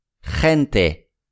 gente